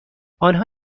آنها